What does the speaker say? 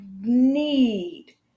need